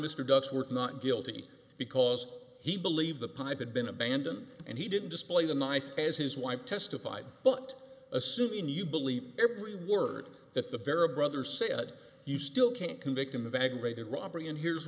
mr ducks were not guilty because he believed the pipe had been abandoned and he didn't display the knife as his wife testified but assuming you believe every word that the vera brother said you still can't convict him of aggravated robbery and here's